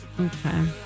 Okay